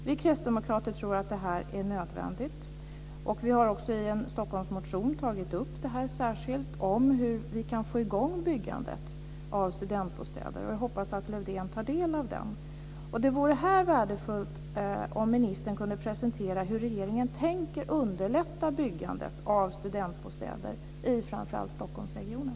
Vi kristdemokrater tror att det är nödvändigt. Vi har också i en Stockholmsmotion särskilt tagit upp hur man kan få i gång byggandet av studentbostäder, och jag hoppas att Lövdén tar del av den. Det vore värdefullt om ministern här kunde presentera hur regeringen tänker underlätta byggandet av studentbostäder i framför allt Stockholmsregionen.